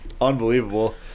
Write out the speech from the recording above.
Unbelievable